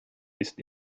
ist